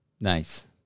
Nice